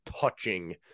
touching